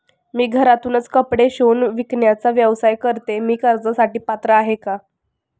मी घरातूनच कपडे शिवून विकण्याचा व्यवसाय करते, मी कर्जासाठी पात्र आहे का?